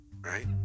right